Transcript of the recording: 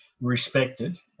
respected